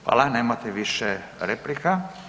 Hvala, nemate više replika.